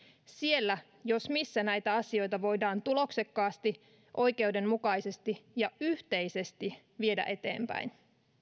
siellä jos missä näitä asioita voidaan tuloksekkaasti oikeudenmukaisesti ja yhteisesti viedä eteenpäin